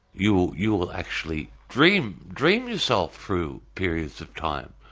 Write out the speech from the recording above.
you you will actually dream dream yourself through periods of time.